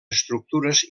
estructures